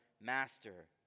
master